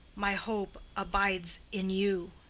my hope abides in you.